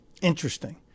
Interesting